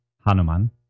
Hanuman